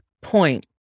point